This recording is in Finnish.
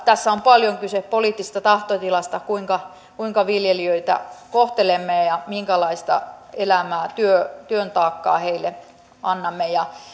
tässä on paljon kyse poliittisesta tahtotilasta kuinka kuinka viljelijöitä kohtelemme ja minkälaista elämää työn taakkaa heille annamme